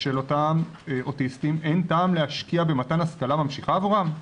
של אותם אוטיסטים אין טעם להשקיע במתן השכלה ממשיכה עבורם?